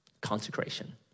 Consecration